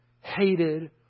hated